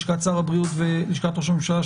לשכת שר הבריאות ולשכת ראש הממשלה,